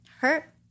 hurt